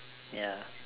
ya